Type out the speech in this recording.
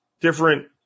different